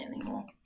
anymore